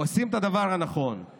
עושים את הדבר הנכון,